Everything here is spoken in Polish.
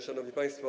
Szanowni Państwo!